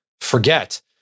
forget